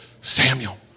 Samuel